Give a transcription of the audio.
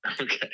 Okay